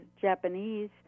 Japanese